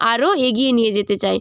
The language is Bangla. আরও এগিয়ে নিয়ে যেতে চাই